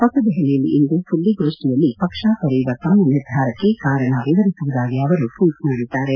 ಹೊಸ ದೆಹಲಿಯಲ್ಲಿ ಇಂದು ಸುದ್ದಿಗೋಡ್ಡಿಯಲ್ಲಿ ಪಕ್ಷ ತೊರೆಯುವ ತಮ್ಮ ನಿರ್ಧಾರಕ್ಕೆ ಕಾರಣ ವಿವರಿಸುವುದಾಗಿ ಅವರು ಟ್ವೀಟ್ ಮಾಡಿದ್ದಾರೆ